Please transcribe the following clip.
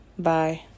Bye